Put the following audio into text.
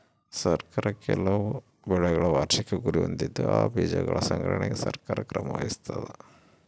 ಸರ್ಕಾರ ಕೆಲವು ಬೆಳೆಗಳ ವಾರ್ಷಿಕ ಗುರಿ ಹೊಂದಿದ್ದು ಆ ಬೀಜಗಳ ಸಂಗ್ರಹಣೆಗೆ ಸರ್ಕಾರ ಕ್ರಮ ವಹಿಸ್ತಾದ